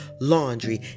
laundry